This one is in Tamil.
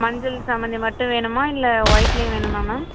மஞ்சள் சாமந்தி மட்டும் வேணுமா இல்லை ஒயிட்லேயும் வேணுமா மேம்